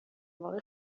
واقع